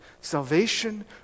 Salvation